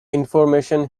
information